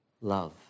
love